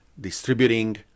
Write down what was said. distributing